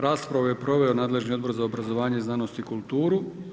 Raspravu je proveo nadležni Odbor za obrazovanje, znanost i kulturu.